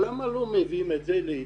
יש שינוי, אבל למה לא מביאים את זה לידיעת